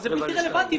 זה בלתי רלוונטי.